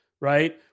right